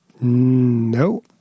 No